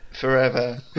forever